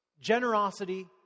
generosity